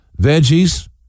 veggies